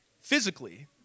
physically